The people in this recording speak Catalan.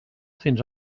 fins